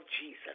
Jesus